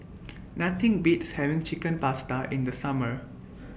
Nothing Beats having Chicken Pasta in The Summer